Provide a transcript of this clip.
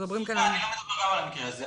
סליחה, אני לא מדבר גם על המקרה הזה.